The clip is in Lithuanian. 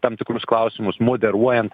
tam tikrus klausimus moderuojant